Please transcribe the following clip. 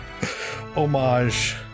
homage